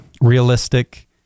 realistic